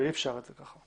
אי אפשר את זה כך.